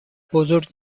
بزرگ